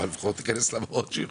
אבל לפחות להיכנס למעון.